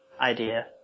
idea